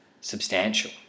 substantial